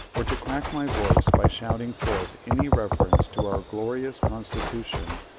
or to crack my voice by shouting forth any reference to our glorious constitution,